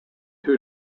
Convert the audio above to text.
two